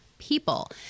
people